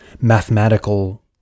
mathematical